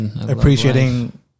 appreciating